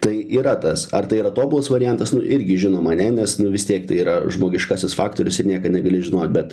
tai yra tas ar tai yra tobulas variantas irgi žinoma ne nes vis tiek tai yra žmogiškasis faktorius ir niekad negali žinot bet